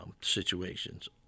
situations